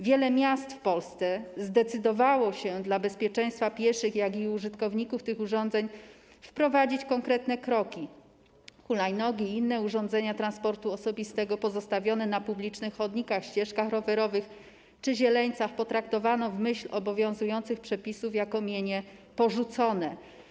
Wiele miast w Polsce zdecydowało się dla bezpieczeństwa pieszych, jak i użytkowników tych urządzeń wprowadzić konkretne kroki - hulajnogi i inne urządzenia transportu osobistego pozostawione na publicznych chodnikach, ścieżkach rowerowych czy zieleńcach potraktowano w myśl obowiązujących przepisów jako mienie porzucone.